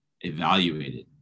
evaluated